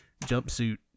jumpsuit